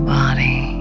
body